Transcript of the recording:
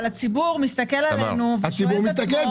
אבל הציבור מסתכל עלינו ושואל את עצמו האם -- הציבור מסתכל,